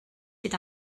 hyd